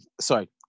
sorry